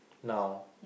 now